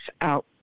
out